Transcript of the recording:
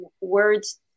Words